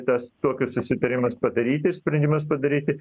tas tokius susitarimus padaryti sprendimus padaryti